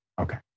Okay